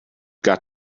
got